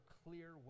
clear